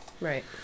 Right